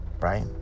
right